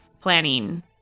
planning